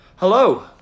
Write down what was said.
Hello